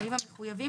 בשינויים המחויבים,